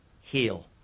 heal